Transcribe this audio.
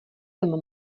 tam